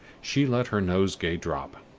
she let her nosegay drop,